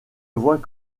voit